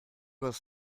was